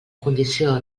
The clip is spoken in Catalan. condició